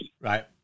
Right